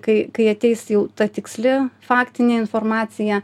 kai kai ateis jau ta tiksli faktinė informacija